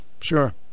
Sure